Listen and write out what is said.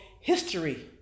history